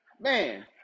Man